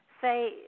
say